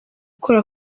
gukora